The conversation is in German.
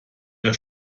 der